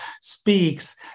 speaks